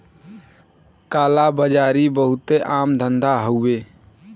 काला बाजारी बहुते आम धंधा हउवे